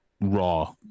Raw